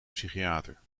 psychiater